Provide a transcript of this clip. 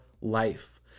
life